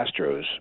Astros